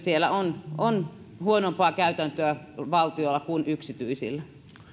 siinä on huonompaa käytäntöä valtiolla kuin yksityisillä